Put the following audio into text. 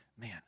Man